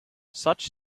such